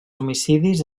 homicidis